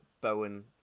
Bowen